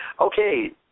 Okay